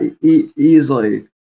Easily